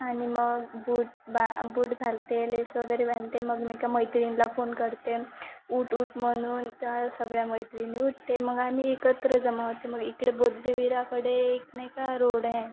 आणि मग बूट बा बूट घालते लेस वगैरे बांधते मग मी एका मैत्रिणीला फोन करते उठ उठ म्हणून त्या सगळ्या मैत्रिणी उठते मग आम्ही एकत्र जमा होते मग इकडे बौद्धवीराकडे एक नाही का रोड आहे